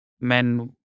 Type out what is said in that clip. men